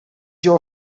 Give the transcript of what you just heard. your